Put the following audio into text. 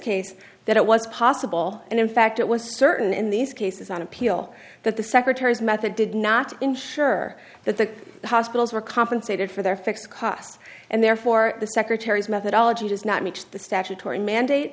case that it was possible and in fact it was certain in these cases on appeal that the secretary's method did not ensure that the hospitals were compensated for their fixed costs and therefore the secretary's methodology does not meet the statutory mandate